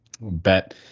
bet